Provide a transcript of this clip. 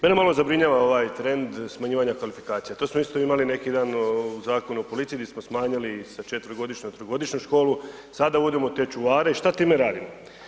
Mene malo zabrinjava ovaj trend smanjivanja kvalifikacija, to smo isto imali neki dan u Zakonu o policiji gdje smo smanjili sa 4-godišnje na 3-godišnju školu, sada uvodimo te čuvare i što time radimo.